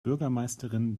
bürgermeisterin